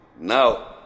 now